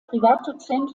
privatdozent